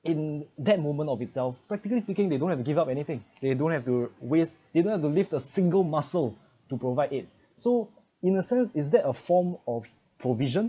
in that moment of itself practically speaking they don't have to give up anything they don't have to waste they don't have to lift a single muscle to provide it so in a sense is that a form of provision